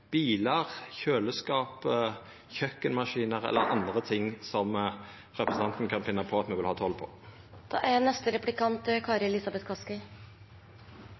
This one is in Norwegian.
bilar, kjøleskap, kjøkkenmaskiner eller anna som representanten kan finna på at me vil ha